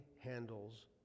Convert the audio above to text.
handles